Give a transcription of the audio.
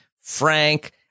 Frank